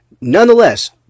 Nonetheless